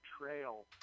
trail